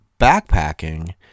backpacking